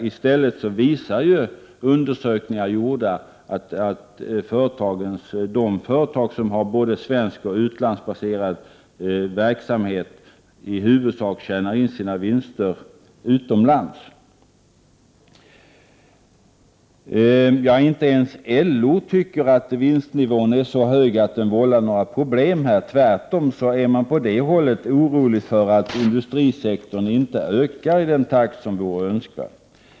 I stället visar gjorda undersökningar att de företag som har både svensk och utlandsbaserad verksamhet i huvudsak tjänar in sina vinster utomlands. Ja, inte ens LO tycker att vinstnivån är så hög att den vållar några problem. Tvärtom är man på det hållet orolig för att industrisektorn inte ökar i den takt som vore önskvärt.